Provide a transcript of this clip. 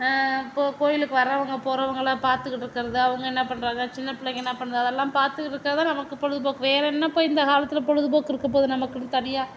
இப்போ கோயிலுக்கு வருவங்க போகிறவங்கள பார்த்துகிட்டு இருக்கிறது அவங்க என்ன பண்ணுறாங்க சின்ன பிள்ளைங்க என்ன பண்ணுது அதெல்லாம் பார்த்துகிட்டு இருக்கிறதுதான் நமக்கு பொழுது போக்கு வேறு என்னப்பா இந்த காலத்தில் பொழுதுபோக்கு இருக்க போது நமக்கென்னு தனியாக